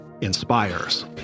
inspires